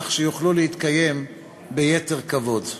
כך שיוכלו להתקיים ביתר כבוד.